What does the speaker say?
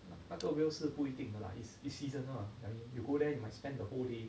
那个 whale 是不一定的 lah it's a seasonal what like you go there you might spend the whole day